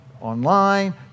online